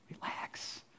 relax